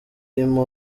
bantu